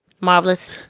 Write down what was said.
Marvelous